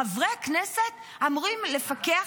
חברי הכנסת אמורים לפקח,